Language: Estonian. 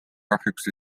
kahjuks